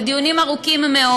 בדיונים ארוכים מאוד